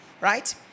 right